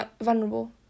vulnerable